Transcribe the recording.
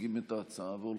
מציגים את ההצעה והולכים.